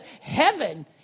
heaven